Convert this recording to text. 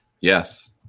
Yes